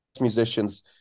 musicians